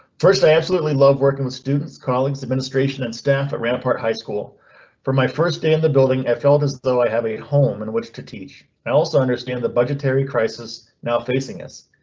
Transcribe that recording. first i absolutely love working with students, colleagues, administration and staff at rampart high school for my first day in the building, i felt as though i have a home in which to teach. i also understand the budgetary crisis now facing us.